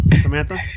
Samantha